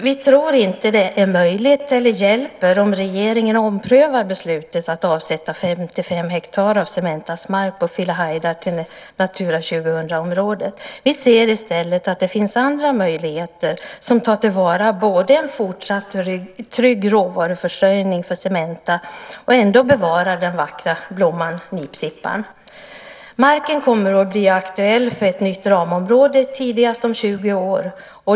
Vi tror dock inte att det hjälper om regeringen omprövar beslutet att avsätta 55 hektar av Cementas mark på Filehajdar till Natura 2000-område. Vi ser i stället att det finns andra möjligheter som både tar till vara en fortsatt trygg råvaruförsörjning för Cementa och bevarar den vackra blomman nipsippa. Marken kommer att bli aktuell för ett nytt ramområde tidigast om 20 år.